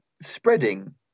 spreading